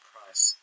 Price